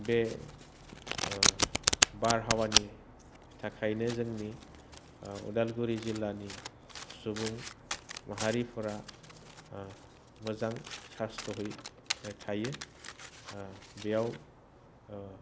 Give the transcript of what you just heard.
बे बारहावानि थाखायनो जोंनि उदालगुरि जिल्लानि सुबुं माहारिफोरा मोजां स्वास्थ'है थायो बेयाव